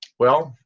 well,